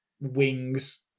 wings